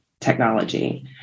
technology